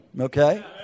Okay